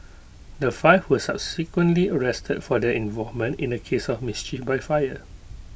the five were subsequently arrested for their involvement in A case of mischief by fire